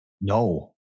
No